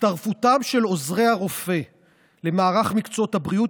הצטרפותם של עוזרי הרופא למערך מקצועות הבריאות